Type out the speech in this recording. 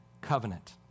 covenant